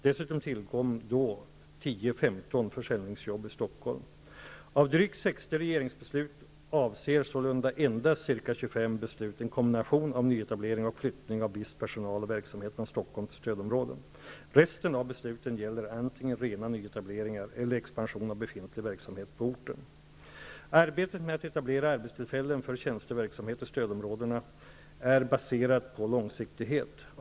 Dessutom tillkom då 10--15 Av drygt 60 regeringsbeslut avser sålunda endast ca Stockholm till stödområden. Resten av besluten gäller antingen rena nyetableringar eller expansion av befintlig verksamhet på orten. Arbetet med att etablera arbetstillfällen för tjänsteverksamhet i stödområden är baserat på långsiktighet.